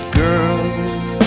girls